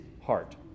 heart